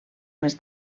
més